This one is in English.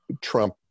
Trump